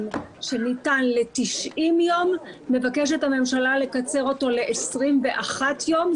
שניתן ל-90 יום מבקשת הממשלה לקצר אותו ל-21 יום.